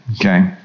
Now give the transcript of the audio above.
okay